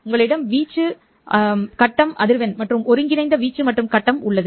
உங்களிடம் வீச்சு கட்டம் அதிர்வெண் மற்றும் ஒருங்கிணைந்த வீச்சு மற்றும் கட்டம் உள்ளது